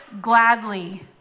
gladly